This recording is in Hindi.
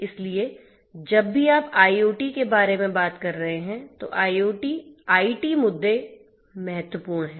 इसलिए जब भी आप IoT के बारे में बात कर रहे हैं तो आईटी मुद्दे महत्वपूर्ण हैं